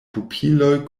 pupiloj